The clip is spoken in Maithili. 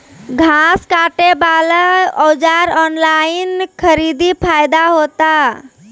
घास काटे बला औजार ऑनलाइन खरीदी फायदा होता?